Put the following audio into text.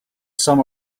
some